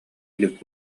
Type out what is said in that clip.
илик